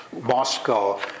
Moscow